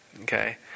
okay